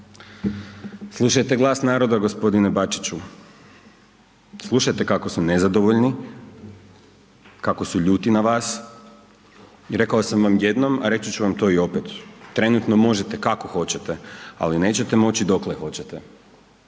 Slušajte glas naroda gospodine Bačića, slušajte kako su nezadovoljni, kako su ljuti na vas i rekao sam vam jednom, a reći ću vam to i opet. Trenutno možete kako hoćete, ali nećete moći dokle hoćete.